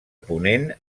ponent